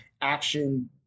action